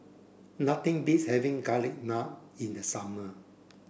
nothing beats having garlic naan in the summer